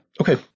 Okay